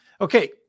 Okay